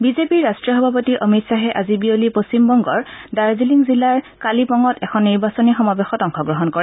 বিজেপিৰ ৰাষ্ট্ৰীয় সভাপতি অমিত খাহে আজি বিয়লি পশ্চিমবংগৰ দাৰ্জিলিং জিলাৰ কালিপঙত এখন নিৰ্বাচনী সমাৱেশত অংশগ্ৰহণ কৰে